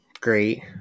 great